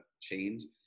chains